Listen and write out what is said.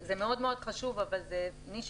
זה מאוד מאוד חשוב אבל זה נישה,